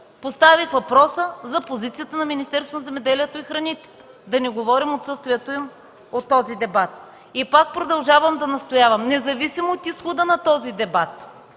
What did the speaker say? поставих въпроса за позицията на Министерството на земеделието и храните, а пък да не говорим за отсъствието им от този дебат. Пак продължавам да настоявам, че независимо от изхода на този дебат,